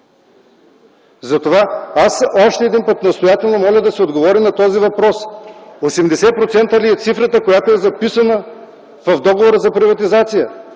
Още един път настоятелно моля да се отговори на този въпрос: 80% ли е цифрата, която е записана в договора за приватизация?